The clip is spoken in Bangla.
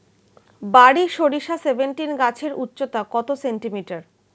বারি সরিষা সেভেনটিন গাছের উচ্চতা কত সেমি?